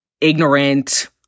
ignorant